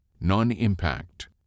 Non-impact